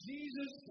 Jesus